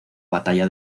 batalla